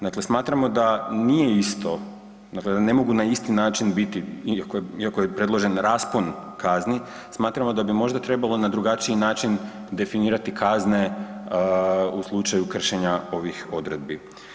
Dakle, smatramo da nije isto, dakle da ne mogu na isti način biti iako je predložen raspon kazni, smatramo da bi možda trebalo na drugačiji način definirati kazne u slučaju kršenja ovih odredbi.